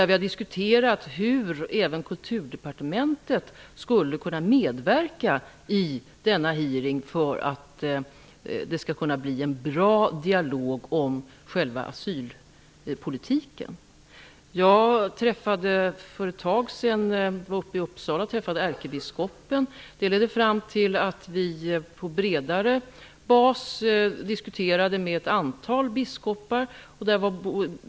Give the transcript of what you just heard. Vi har diskuterat hur även Kulturdepartementet skulle kunna medverka i denna hearing för att det skall kunna bli en bra dialog om själva asylpolitiken. För ett tag sedan var jag i Uppsala och träffade ärkebiskopen. Det ledde fram till att vi på bredare bas diskuterade med ett antal biskopar.